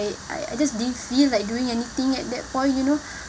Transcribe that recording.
I I just didn't feel like doing anything at that point you know